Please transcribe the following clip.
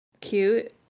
cute